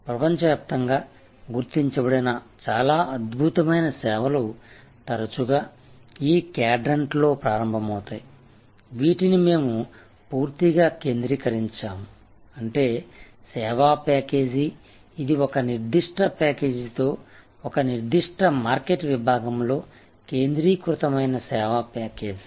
ప్రపంచవ్యాప్తంగా గుర్తించబడిన చాలా అద్భుతమైన సేవలు తరచుగా ఈ క్వాడ్రంట్లో ప్రారంభమవుతాయి వీటిని మేము పూర్తిగా కేంద్రీకరించాము అంటే సేవా ప్యాకేజీ ఇది ఒక నిర్దిష్ట ప్యాకేజీతో ఒక నిర్దిష్ట మార్కెట్ విభాగంలో కేంద్రీకృతమైన సేవా ప్యాకేజ్